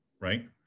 right